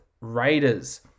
Raiders